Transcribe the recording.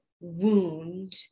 wound